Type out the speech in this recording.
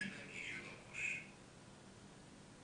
מוציאים מתוך סכום